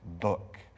book